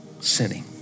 sinning